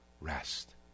rest